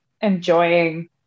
enjoying